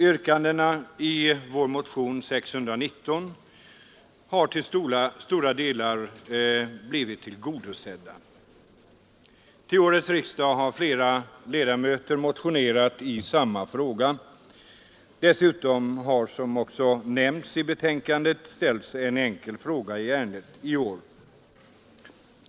Yrkandena i vår motion nr 619 har till stora delar blivit tillgodosedda. Till årets riksdag har flera ledamöter motionerat i samma fråga. Dessutom har det — som också nämns i betänkandet — ställts en enkel fråga i ärendet i år.